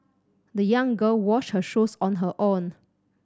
the young girl washed her shoes on her own